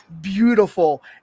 beautiful